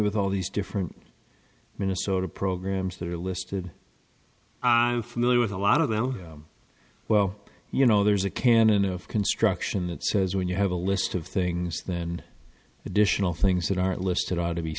with all these different minnesota programs that are listed i'm familiar with a lot of them well you know there's a canon of construction that says when you have a list of things then additional things that aren't listed ought to be